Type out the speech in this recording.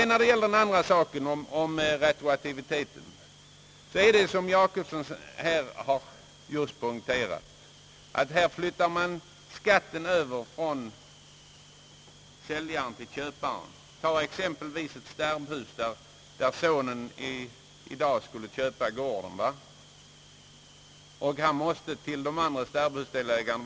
När det gäller retroaktiviteten har herr Jacobsson rätt i att man flyttar över skatten från säljaren till köparen. Tag exempelvis ett stärbhus, där sonen i dag skulle köpa gården och måste betala en viss summa till de andra stärbhusdelägarna.